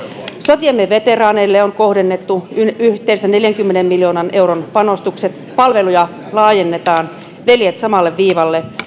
sotiemme veteraaneille on kohdennettu yhteensä neljänkymmenen miljoonan euron panostukset palveluja laajennetaan veljet samalle viivalle